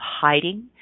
hiding